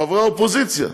חברי האופוזיציה.